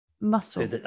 muscle